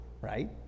right